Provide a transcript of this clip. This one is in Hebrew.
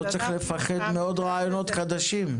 לא צריך לפחד מעוד רעיונות חדשים.